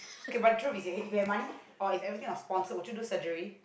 okay but truth is if you had money or if everything was sponsored would you do surgery